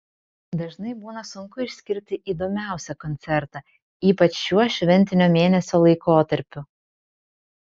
dažnai būna sunku išskirti įdomiausią koncertą ypač šiuo šventinio mėnesio laikotarpiu